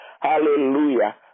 Hallelujah